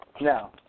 Now